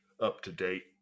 up-to-date